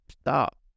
stop